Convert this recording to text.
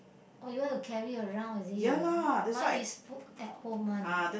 oh you want to carry around is it mine is at home one